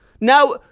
Now